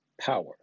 power